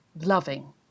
loving